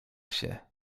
się